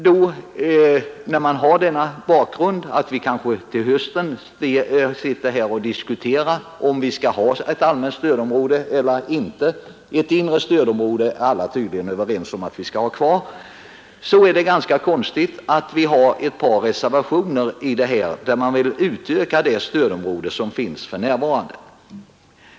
Mot bakgrunden av att vi kanske till hösten sitter här och diskuterar om vi skall ha ett allmänt stödområde eller inte — ett inre stödområde är tydligen alla överens om att vi skall ha — så är det ganska konstigt att vi här har ett par reservationer där man vill utöka det stödområde som för närvarande finns.